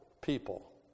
people